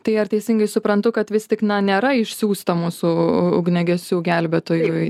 tai ar teisingai suprantu kad vis tik na nėra išsiųsta mūsų ugniagesių gelbėtojų